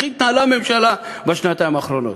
בממשלה, איך התנהלה הממשלה בשנתיים האחרונות: